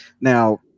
Now